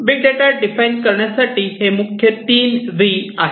big data define करण्यासाठी हे मुख्य 3 व्ही V's आहेत